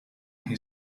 who